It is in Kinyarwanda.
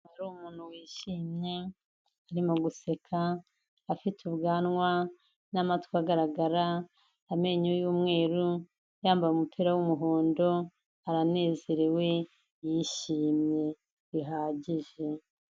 Hari umuntu wishimye arimo guseka, afite ubwanwa n'amatwi agaragara, amenyo y'umweru, yambaye umupira w'umuhondo, aranezerewe, yishimye bihagije.